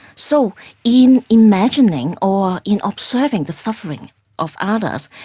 so in imagining, or in observing the suffering of others,